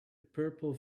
purple